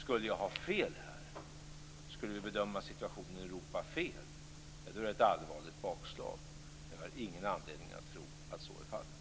Skulle jag bedöma situationen i Europa fel, då är det ett allvarligt bakslag, men jag har ingen anledning att tro att så är fallet.